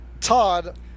Todd